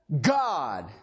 God